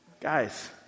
Guys